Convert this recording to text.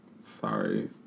sorry